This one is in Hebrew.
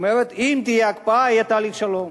אומרת: אם תהיה הקפאה יהיה תהליך שלום.